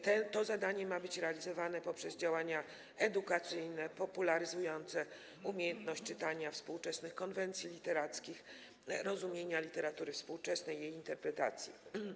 To zadanie ma być realizowane poprzez działania edukacyjne popularyzujące umiejętność czytania współczesnych konwencji literackich, rozumienia literatury współczesnej, jej interpretacji.